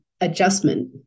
adjustment